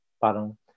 parang